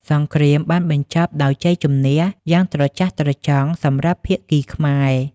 សង្រ្គាមត្រូវបានបញ្ចប់ដោយជ័យជម្នះយ៉ាងត្រចះត្រចង់សម្រាប់ភាគីខ្មែរ។